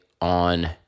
on